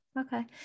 Okay